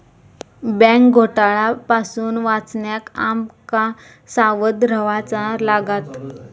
bank घोटाळा पासून वाचण्याक आम का सावध रव्हाचा लागात